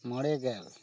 ᱢᱚᱬᱮ ᱜᱮᱞ